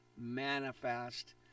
manifest